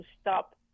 stop